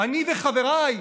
"אני וחבריי,